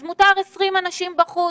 אז מותר 20 אנשים בחוץ.